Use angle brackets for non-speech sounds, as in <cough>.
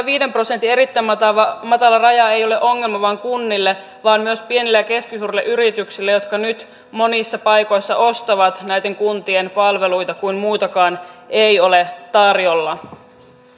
<unintelligible> viiden prosentin erittäin matala matala raja ei ole ongelma vain kunnille vaan myös pienille ja keskisuurille yrityksille jotka nyt monissa paikoissa ostavat näiden kuntien palveluita kun muutakaan ei ole tarjolla